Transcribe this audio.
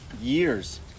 years